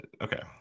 Okay